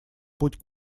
путь